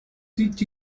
did